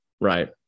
right